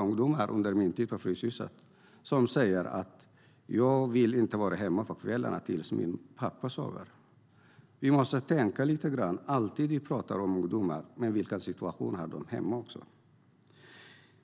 Under min tid på Fryshuset träffade jag ungdomar som sa att de inte ville gå hem på kvällarna förrän pappa somnat. När vi pratar om dessa ungdomar måste vi alltid tänka på vilken situation de har hemma.